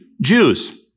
Jews